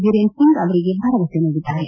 ಬೀರೇನ್ ಸಿಂಗ್ ಅವರಿಗೆ ಭರವಸೆ ನೀಡಿದ್ದಾರೆ